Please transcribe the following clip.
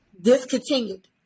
discontinued